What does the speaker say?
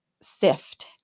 SIFT